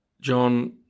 John